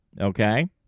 Okay